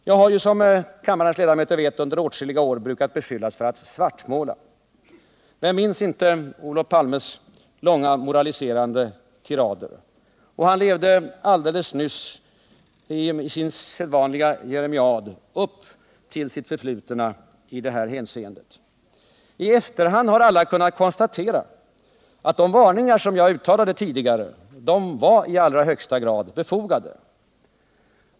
Jag har, som kammarens ledamöter vet, under åtskilliga år brukat beskyllas för att svartmåla. Vem minns inte Olof Palmes långa moraliserande tirader? Han levde alldeles nyss i sin sedvanliga jeremiad upp till sitt förflutna i det hänseendet. I efterhand har alla kunnat konstatera att de varningar som jag uttalade tidigare var i allra högsta grad befogade.